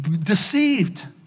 deceived